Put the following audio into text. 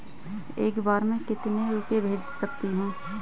एक बार में मैं कितने रुपये भेज सकती हूँ?